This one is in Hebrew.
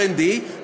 R&D,